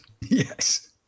yes